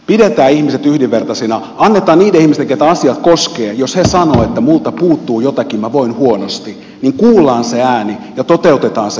pidetään ihmiset yhdenvertaisina annetaan niiden ihmisten keitä asia koskee jos he sanovat että minulta puuttuu jotakin minä voin huonosti äänen kuulua ja toteutetaan se toive